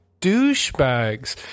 douchebags